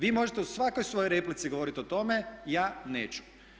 Vi možete u svakoj svojoj replici govoriti o tome ja neću.